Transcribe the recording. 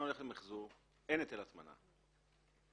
במחזור אין היטל הטמנה.